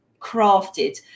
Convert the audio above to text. crafted